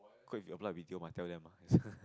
quick if your apply B_T_O might tell them lah it's